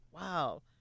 Wow